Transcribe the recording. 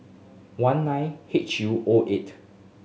one nine H U O eight